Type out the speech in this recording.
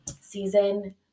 Season